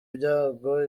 ibyago